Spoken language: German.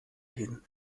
hin